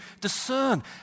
discern